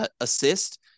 assist